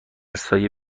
سایه